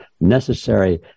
necessary